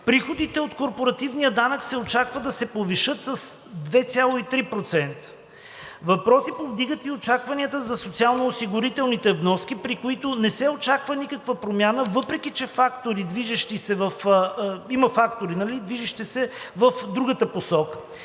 Приходите от корпоративния данък се очаква да се повишат с 2,3%. Въпроси повдигат и очакванията за социално-осигурителните вноски, при които не се очаква никаква промяна, въпреки че има фактори, движещи се в другата посока.